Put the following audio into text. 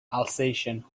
alsatian